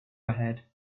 ahead